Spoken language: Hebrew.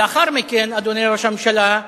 לאחר מכן, אדוני ראש הממשלה,